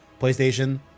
PlayStation